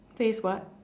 says what